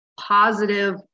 positive